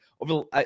over